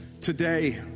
Today